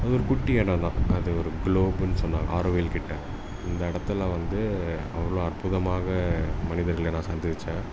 அது ஒரு குட்டி இடந்தான் அது ஒரு க்ளோப்புன்னு சொன்னால் ஆரோவில் கிட்டே இந்த இடத்துல வந்து அவ்வளோ அற்புதமாக மனிதர்களை நான் சந்தித்தேன்